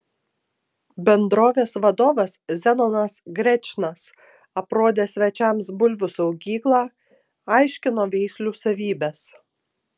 bendrovės vadovas zenonas grečnas aprodė svečiams bulvių saugyklą aiškino veislių savybes